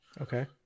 okay